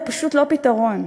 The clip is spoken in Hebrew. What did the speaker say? הוא פשוט לא פתרון.